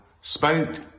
spout